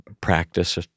practice